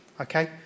okay